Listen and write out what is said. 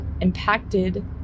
impacted